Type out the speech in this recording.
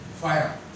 fire